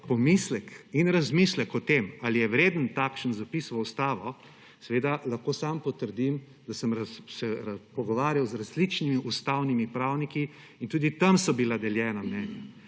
pomislek in razmislek o tem, ali je vreden takšen zapis v ustavo, seveda lahko sam potrdim, da sem se pogovarjal z različnimi ustavnimi pravniki in tudi tam so bila deljena mnenja.